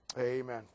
Amen